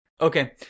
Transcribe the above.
Okay